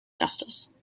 justice